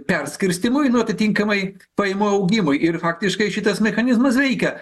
perskirstymui nu atitinkamai pajamų augimui ir faktiškai šitas mechanizmas veikia